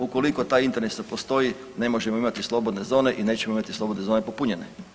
Ukoliko taj interes ne postoji ne možemo imati slobodne zone i nećemo imati slobodne zone popunjene.